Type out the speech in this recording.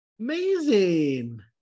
Amazing